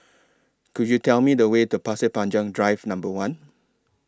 Could YOU Tell Me The Way to Pasir Panjang Drive Number one